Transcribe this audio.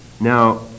Now